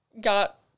got